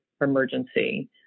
emergency